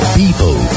people